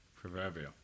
proverbial